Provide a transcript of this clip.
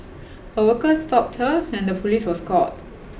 a worker stopped her and the police was called